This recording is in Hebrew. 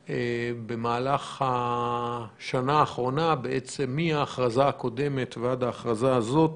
במהלך השנה האחרונה בעצם מההכרזה הקודמת עד ההכרזה הזאת